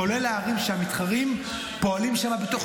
כולל הערים שבהן המתחרים פועלים בתוך